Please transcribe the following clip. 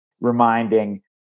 reminding